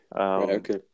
Okay